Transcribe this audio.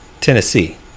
Tennessee